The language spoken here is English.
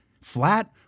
flat